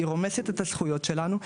היא רומסת את הזכויות שלנו.